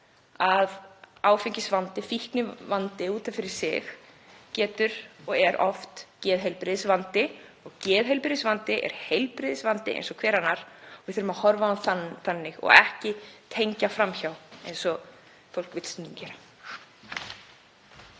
að áfengisvandi, fíknivandi út af fyrir sig, getur verið og er oft geðheilbrigðisvandi. Og geðheilbrigðisvandi er heilbrigðisvandi eins og hver annar. Við þurfum að horfa á hann þannig og ekki tengja fram hjá eins og fólk vill stundum gera.